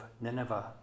Nineveh